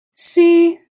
see